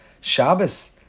Shabbos